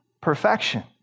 perfection